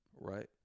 Right